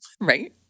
Right